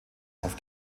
auf